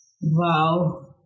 Wow